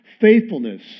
faithfulness